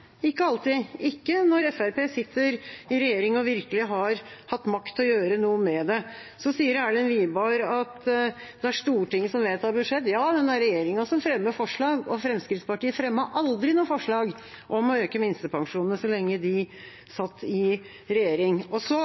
ikke alltid, ikke når Fremskrittspartiet har sittet i regjering og virkelig har hatt makt til å gjøre noe med det. Så sier Erlend Wiborg at det er Stortinget som vedtar budsjett. Ja, men det er regjeringa som fremmer forslag, og Fremskrittspartiet fremmet aldri noe forslag om å øke minstepensjonene så lenge de satt i regjering. Så